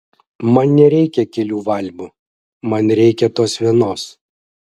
man nereikia kelių valmų man reikia tos vienos